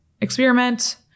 experiment